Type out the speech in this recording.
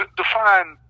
define